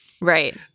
Right